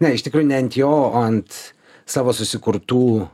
ne iš tikrųjų ne ant jo o ant savo susikurtų